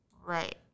Right